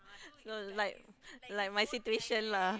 no like like my situation lah